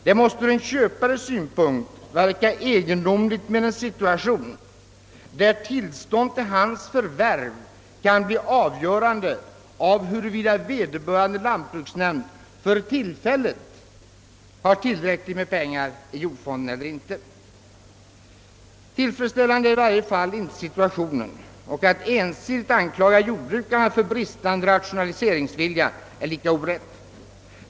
Det måste ur en köpares synpunkt verka egendomligt med en situation där tillståndet till hans jordförvärv kan bero på huruvida vederbörande lantbruksnämnd för tillfället har tillräckligt med pengar i jordfonden eller inte, Tillfredsställande är i varje fall inte situationen, och att ensidigt anklaga jordbrukarna för bristande rationaliseringsvilja är lika orätt.